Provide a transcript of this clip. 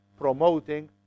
promoting